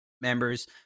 members